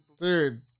Dude